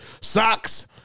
socks